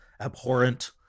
abhorrent